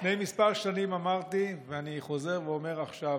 לפני כמה שנים אמרתי, ואני חוזר ואומר עכשיו: